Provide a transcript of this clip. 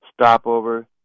stopover